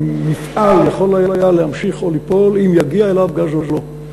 המפעל יכול היה להמשיך או ליפול אם יגיע אליו גז או לא.